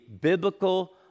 biblical